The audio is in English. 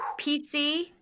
PC